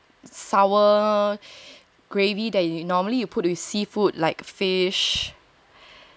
gravy that you normally you put with seafood like fish